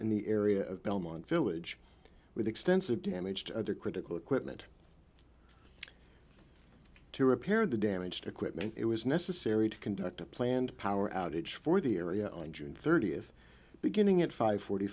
in the area of belmont village with extensive damage to other critical equipment to repair the damaged equipment it was necessary to conduct a planned power outage for the area on june thirtieth beginning at five forty